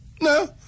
No